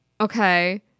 okay